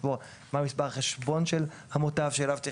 מהו מספר החשבון של המוטב שאליו צריך